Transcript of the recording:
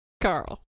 Carl